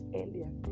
earlier